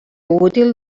útil